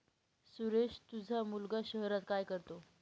सुरेश तुझा मुलगा शहरात काय करतो